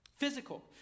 Physical